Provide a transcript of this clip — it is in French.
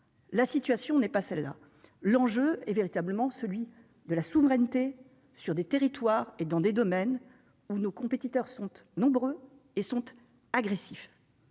la situation n'est pas celle-là, l'enjeu est véritablement celui de la souveraineté sur des territoires et dans des domaines où nos compétiteurs sont nombreux et sont agressifs.